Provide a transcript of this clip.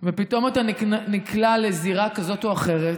ופתאום אתה נקלע לזירה כזאת או אחרת